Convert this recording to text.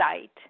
site